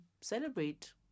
celebrate